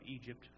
Egypt